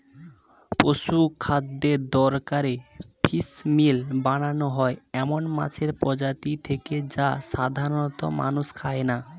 পশুখাদ্যের দরকারে ফিসমিল বানানো হয় এমন মাছের প্রজাতি থেকে যা সাধারনত মানুষে খায় না